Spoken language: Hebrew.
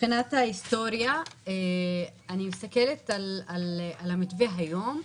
מבחינת ההיסטוריה, אני מסתכלת על המתווה היום.